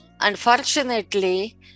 Unfortunately